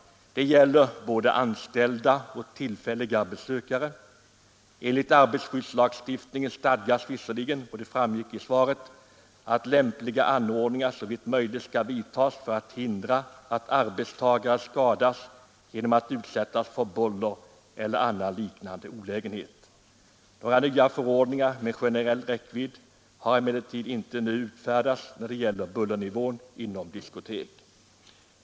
Det gäller både anställda och tillfälliga besökare. I arbetarskyddslagstiftningen stadgas visserligen — vilket framgick av svaret — att lämpliga anordningar såvitt möjligt skall vidtas för att hindra att arbetstagare skadas genom att utsättas för buller eller annan liknande olägenhet. Några nya förordningar med generell räckvidd har emellertid inte utfärdats när det gäller bullernivån inom diskotek.